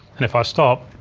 and if i stop,